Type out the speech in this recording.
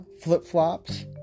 flip-flops